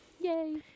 yay